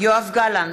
יואב גלנט,